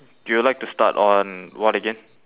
do you like to start on what again